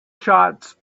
shots